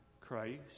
Christ